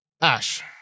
Ash